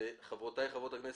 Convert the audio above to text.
חברותיי חברות הכנסת,